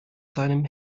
seinen